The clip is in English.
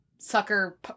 Sucker